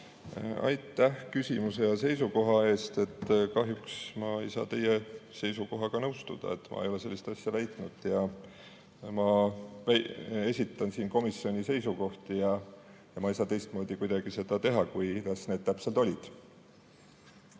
Aitäh küsimuse ja seisukoha eest! Kahjuks ma ei saa teie seisukohaga nõustuda, ma ei ole sellist asja väitnud. Ma esitan siin komisjoni seisukohti ja ma ei saa seda kuidagi teistmoodi teha kui nii, kuidas need täpselt olid.